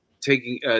taking –